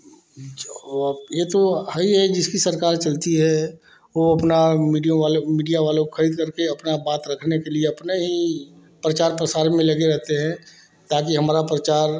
यह तो है ही है जिसकी सरकार चलती है वह अपना मीडियो वाले मीडिया वालों खरीद करके अपना बात रखने के लिए अपने ही प्रचार प्रसार में लगे रहते हैं ताकि हमारा प्रचार